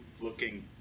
looking